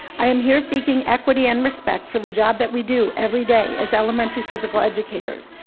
i am here seeking equity and respect for the job that we do every day as elementary physical educators.